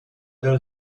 del